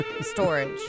storage